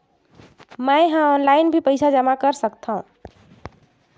मैं ह ऑनलाइन भी पइसा जमा कर सकथौं?